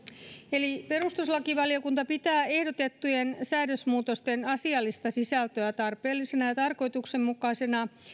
eli perustuslakivaliokunta pitää ehdotettujen säännösmuutosten asiallista sisältöä tarpeellisena ja tarkoituksenmukaisena